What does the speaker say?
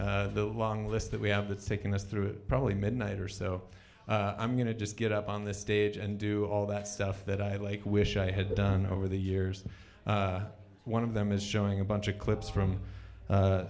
the long list that we have the taking us through it probably midnight or so i'm going to just get up on the stage and do all that stuff that i like wish i had done over the years one of them is showing a bunch of clips from